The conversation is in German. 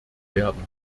werden